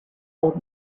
old